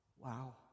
Wow